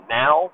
now